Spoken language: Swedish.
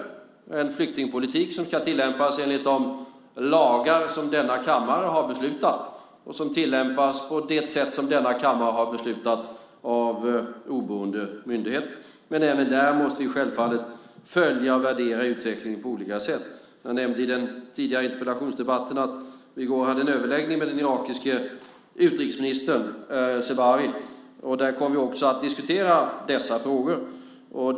Det är en flyktingpolitik som ska tillämpas enligt de lagar som denna kammare har beslutat om och som ska tillämpas på det sätt som denna kammare har beslutat om av oberoende myndigheter. Men även där måste vi självfallet följa och värdera utvecklingen på olika sätt. Jag nämnde i den tidigare interpellationsdebatten att vi i går hade en överläggning med den irakiske utrikesministern Zebari. Där kom vi också att diskutera dessa frågor.